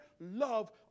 love